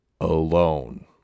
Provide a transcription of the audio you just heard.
alone